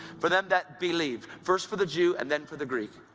for them that believe first for the jew, and then for the greek.